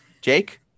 Jake